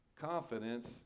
confidence